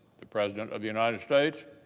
the president of the united states,